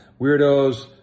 weirdos